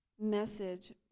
message